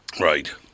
Right